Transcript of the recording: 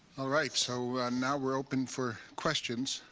ah right. so now we're open for questions.